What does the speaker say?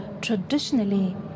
traditionally